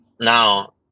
Now